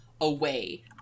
away